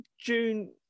June